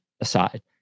aside